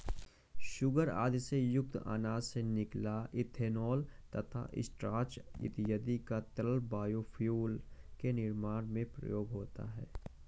sugar आदि से युक्त अनाज से निकला इथेनॉल तथा स्टार्च इत्यादि का तरल बायोफ्यूल के निर्माण में प्रयोग होता है